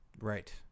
Right